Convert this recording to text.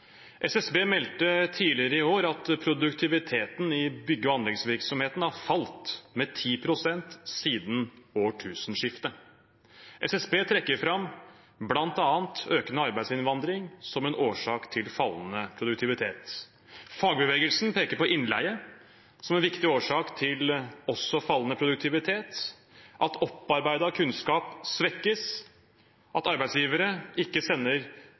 SSB meldte tidligere i år at produktiviteten i bygg- og anleggsvirksomheten har falt med 10 pst. siden årtusenskiftet. SSB trekker fram bl.a. økende arbeidsinnvandring som en årsak til fallende produktivitet. Fagbevegelsen peker på innleie som også en viktig årsak til fallende produktivitet, at opparbeidet kunnskap svekkes, at arbeidsgivere ikke sender